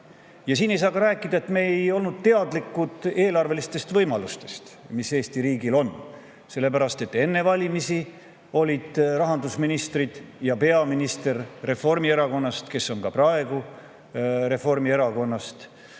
Ja siin ei saa ka rääkida: "Me ei olnud teadlikud eelarve võimalustest, mis Eesti riigil on." Sellepärast, et enne valimisi olid rahandusministrid ja peaminister Reformierakonnast, ja on ka pärast valimisi: